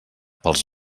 pels